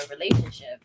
relationship